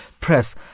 Press